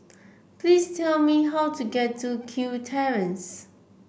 please tell me how to get to Kew Terrace